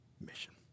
mission